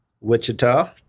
Wichita